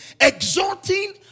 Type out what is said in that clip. exhorting